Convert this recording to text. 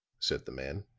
said the man.